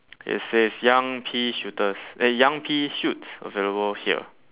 it says young pea shooters eh young pea shoots available here